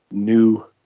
new,